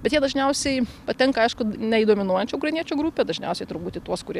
bet jie dažniausiai patenka aišku ne į dominuojančių ukrainiečių grupę dažniausiai turbūt į tuos kurie